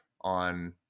on